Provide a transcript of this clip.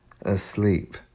asleep